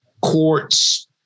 courts